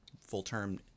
full-term